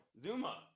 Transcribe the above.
Zuma